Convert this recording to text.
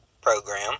program